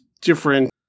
different